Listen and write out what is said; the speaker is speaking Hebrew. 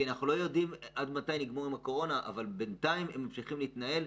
יודעים מתי נגמור עם הקורונה אבל בינתיים הם צריכים להמשיך להתנהל.